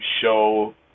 show